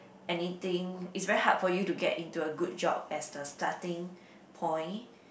anything it's very hard for you to get into a good job as the starting point